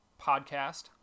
podcast